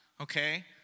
okay